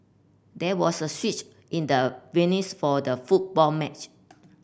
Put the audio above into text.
there was a switch in the venues for the football match